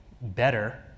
better